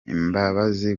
imbabazi